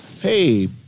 Hey